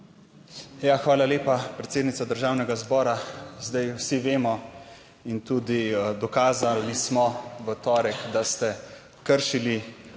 hvala lepa predsednica državnega zbora. Zdaj vsi vemo in tudi dokazali smo v torek, da ste kršili